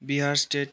Bihar state